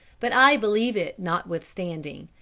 but i believe it notwithstanding.